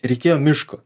reikėjo miško